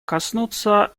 коснуться